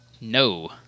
No